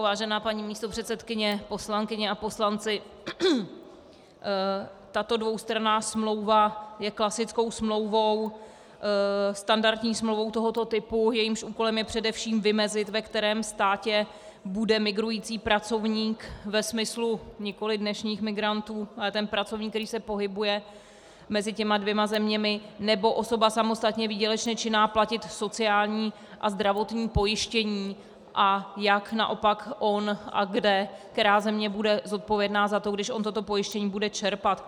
Vážená paní místopředsedkyně, poslankyně a poslanci, tato dvoustranná smlouva je klasickou standardní smlouvou tohoto typu, jejímž úkolem je především vymezit, ve kterém státě bude migrující pracovník ve smyslu nikoliv dnešních migrantů, pracovník, který se pohybuje mezi dvěma zeměmi nebo osoba samostatně výdělečná činná, platit sociální a zdravotní pojištění, a jak naopak on a kde, která země bude zodpovědná za to, když on toto pojištění bude čerpat.